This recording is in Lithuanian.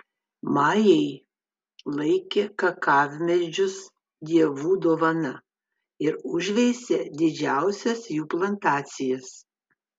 majai laikė kakavmedžius dievų dovana ir užveisė didžiausias jų plantacijas